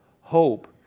hope